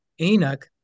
Enoch